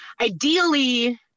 Ideally